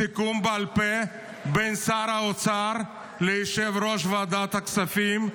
סיכום בעל פה בין שר האוצר ליושב-ראש ועדת הכספים,